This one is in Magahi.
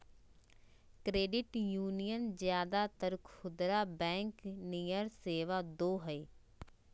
क्रेडिट यूनीयन ज्यादातर खुदरा बैंक नियर सेवा दो हइ